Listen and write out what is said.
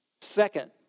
Second